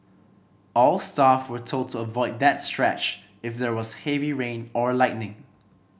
all staff were told to avoid that stretch if there was heavy rain or lightning